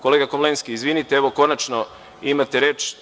Kolega Komlenski, izvinite, evo, konačno imate reč.